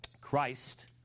Christ